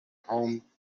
home